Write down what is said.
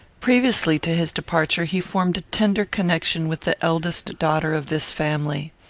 previously to his departure, he formed a tender connection with the eldest daughter of this family.